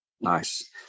Nice